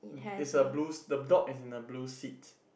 it's a blue s~ the dog is in the blue seat